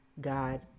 God